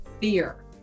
fear